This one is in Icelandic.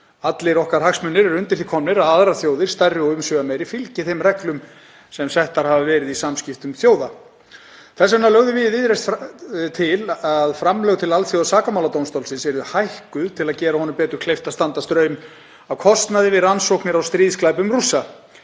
Allir okkar hagsmunir eru undir því komnir að aðrar þjóðir, stærri og umsvifameiri, fylgi þeim reglum sem settar hafa verið í samskiptum þjóða. Þess vegna lögðum við í Viðreisn til að framlög til Alþjóðlega sakamáladómstólsins yrðu hækkuð til að gera honum betur kleift að standa straum af kostnaði við rannsóknir á stríðsglæpum Rússa.